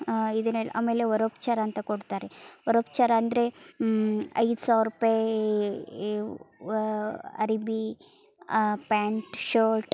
ಇದನ್ನೆಲ್ಲ ಆಮೇಲೆ ವರೋಪಚಾರ ಅಂತ ಕೊಡ್ತಾರೆ ವರೋಪಚಾರ ಅಂದರೆ ಐದು ಸಾವಿರ ರೂಪಾಯಿ ಇವು ಅರ್ವಿ ಪ್ಯಾಂಟ್ ಶರ್ಟ್